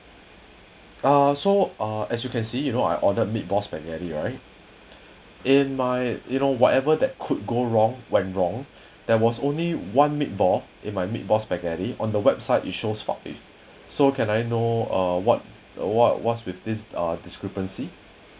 ah so ah as you can see you know I ordered meatballs spaghetti right in my you know whatever that could go wrong went wrong there was only one meatball in my meatball spaghetti on the website it shows five so can I know uh what what's with this uh discrepancy